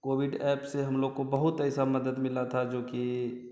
Covid app से हम लोग को बहुत ऐसी मदद मिली थी जोकि